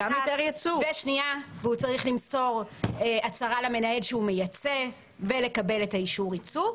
והוא צריך למסור הצהרה למנהל שהוא מייצא ולקבל את אישור הייצוא.